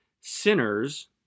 sinners